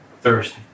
Thursday